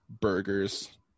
burgers